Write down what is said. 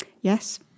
Yes